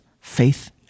faith